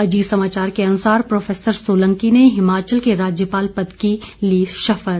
अजीत समाचार के अनुसार प्रो सोलंकी ने हिमाचल के राज्यपाल पद की ली शपथ